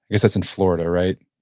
guess that's in florida, right?